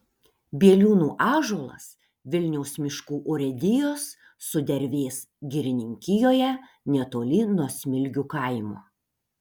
bieliūnų ąžuolas vilniaus miškų urėdijos sudervės girininkijoje netoli nuo smilgių kaimo